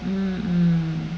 mm mm